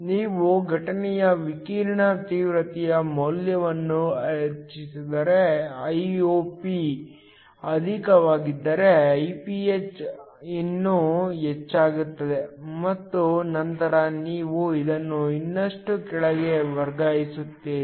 ನೀವು ಘಟನೆಯ ವಿಕಿರಣ ತೀವ್ರತೆಯ ಮೌಲ್ಯವನ್ನು ಹೆಚ್ಚಿಸಿದರೆ Iop ಅಧಿಕವಾಗಿದ್ದರೆ Iph ಇನ್ನೂ ಹೆಚ್ಚಾಗುತ್ತದೆ ಮತ್ತು ನಂತರ ನೀವು ಇದನ್ನು ಇನ್ನಷ್ಟು ಕೆಳಗೆ ವರ್ಗಾಯಿಸುತ್ತೀರಿ